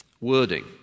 wording